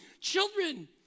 children